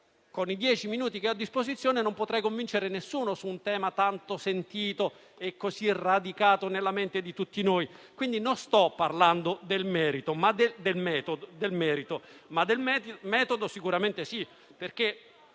nei dieci minuti che ho a disposizione non potrei convincere nessuno su un tema tanto sentito e radicato nella mente di tutti noi; quindi, non sto parlando del merito, ma del metodo sicuramente,